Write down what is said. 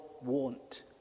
want